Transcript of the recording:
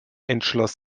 entschloss